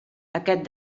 aquest